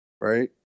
Right